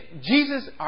Jesus